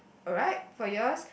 alright for yours